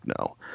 no